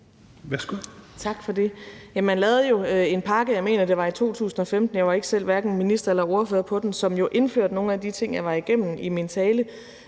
Værsgo.